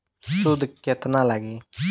सूद केतना लागी?